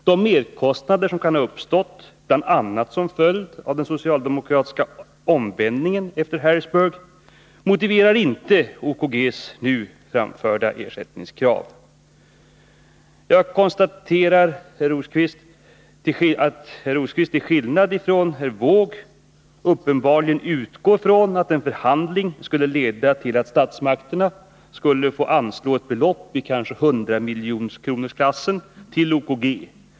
De merkostnader som kan ha uppstått, bl.a. som följd av den socialdemokratiska omvändningen efter Harrisburg, motiverar inte OKG:s nu framförda ersättningskrav. Jag konstaterar att herr Rosqvist till skillnad från herr Wååg uppenbarligen utgår från att en förhandling skulle leda till att statsmakterna skulle få anslå ett belopp, kanske i hundramiljonerkronorsklassen, till OKG.